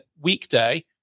weekday